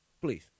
please